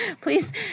Please